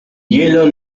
hielo